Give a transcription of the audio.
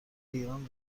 ایران